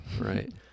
Right